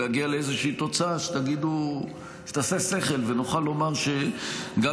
להגיע לאיזו תוצאה שתעשה שכל ונוכל לומר שגם